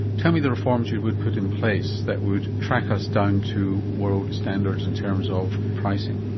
tell me the reforms you would would put in place that would track us down to world standards in terms of pricing.